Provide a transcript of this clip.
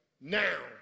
now